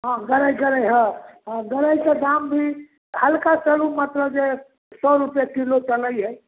हँ गरै गरै हइ हँ गरैके दाम भी हल्का चलू मतलब जे सओ रुपैए किलो चलै हइ